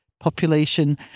population